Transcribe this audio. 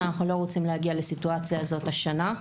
ואנחנו לא רוצים להגיע לסיטואציה הזאת השנה.